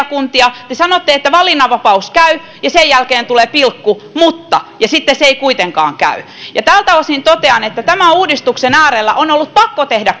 kuntia te sanotte että valinnanvapaus käy ja sen jälkeen tulee pilkku mutta ja sitten se ei kuitenkaan käy ja tältä osin totean että tämän uudistuksen äärellä on ollut pakko tehdä